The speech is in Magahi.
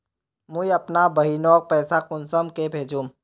मुई अपना बहिनोक पैसा कुंसम के भेजुम?